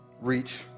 reach